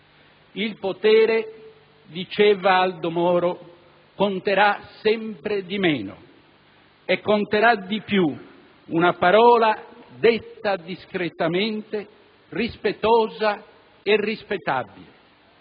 «Il potere» - diceva Aldo Moro - «conterà sempre di meno, e conterà di più una parola detta discretamente, rispettosa e rispettabile».